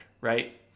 right